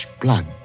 blood